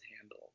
handle